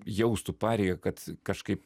jaustų pareigą kad kažkaip